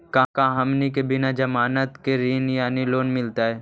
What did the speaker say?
का हमनी के बिना जमानत के ऋण यानी लोन मिलतई?